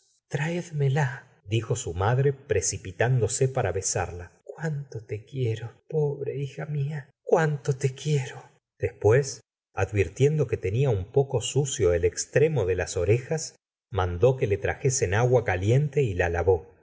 traédmela dijo su madre precipitándose para besarla icuánto te quiero pobre hija mía cuánto te quiero después advirtiendo que tenia un poco sucio el extremo de las orejas mandó que le trajesen agua caliente y la